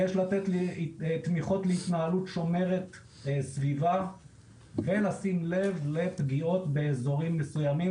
יש לתת תמיכות להתנהלות שומרת סביבה ולשים לב לפגיעות באזורים מסוימים,